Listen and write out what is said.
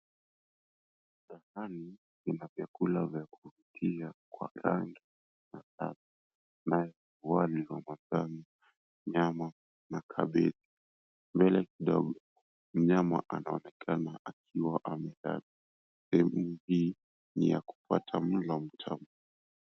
Sahani ina vyakula vya kuvutia kwa rangi na ladha. Kuna wali wa manjano, nyama, na kabeji. Mbele kidogo mnyama anaonekana akiwa amelala. Shemu huo ni ya kupata mlo mtamu.